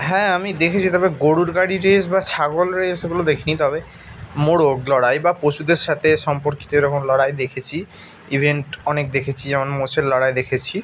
হ্যাঁ আমি দেখেছি তবে গরুর গাড়ির রেস বা ছাগলের রেস ওগুলো দেখি নি তবে মোরগ লড়াই বা পশুদের সাতে সম্পর্কিত এরকম লড়াই দেখেছি ইভেন্ট অনেক দেখেছি যেমন মোষের লড়াই দেখেছি